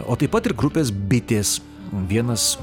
o taip pat ir grupės bitės vienas